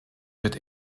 wird